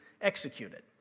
executed